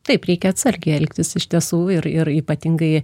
taip reikia atsargiai elgtis iš tiesų ir ir ypatingai